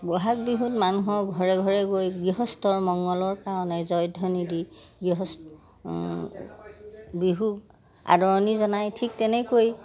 বহাগ বিহুত মানুহৰ ঘৰে ঘৰে গৈ গৃহস্থৰ মংগলৰ কাৰণে জয়ধ্বনি দি গৃহস্থ বিহু আদৰণি জনাই ঠিক তেনেকৈ